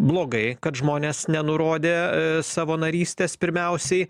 blogai kad žmonės nenurodė savo narystės pirmiausiai